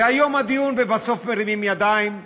והיום הדיון, ובסוף מרימים ידיים,